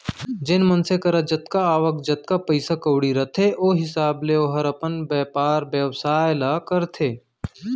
जेन मनसे करा जतका आवक, जतका पइसा कउड़ी रथे ओ हिसाब ले ओहर अपन बयपार बेवसाय ल करथे